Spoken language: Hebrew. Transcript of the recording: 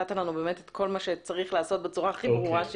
ונתת לנו באמת את כל מה שצריך לעשות בצורה הכי ברורה.